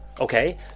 Okay